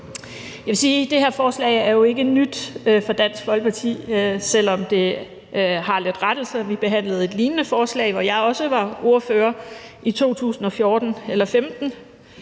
Jeg vil sige, at det her forslag fra Dansk Folkeparti jo ikke er nyt, selv om der er indført nogle rettelser. Vi behandlede et lignende forslag, hvor jeg også var ordfører, i 2014 eller 2015,